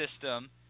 system